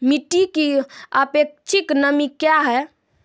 मिटी की सापेक्षिक नमी कया हैं?